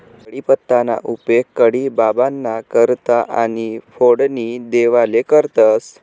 कढीपत्ताना उपेग कढी बाबांना करता आणि फोडणी देवाले करतंस